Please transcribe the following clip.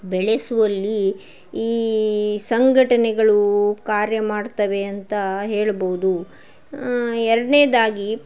ಬೆಳೆಸುವಲ್ಲಿ ಈ ಸಂಘಟನೆಗಳು ಕಾರ್ಯ ಮಾಡ್ತವೆ ಅಂತ ಹೇಳ್ಬಹ್ದು ಎರಡನೇದಾಗಿ